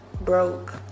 broke